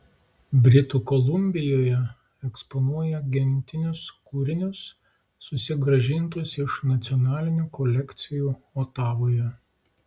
britų kolumbijoje eksponuoja gentinius kūrinius susigrąžintus iš nacionalinių kolekcijų otavoje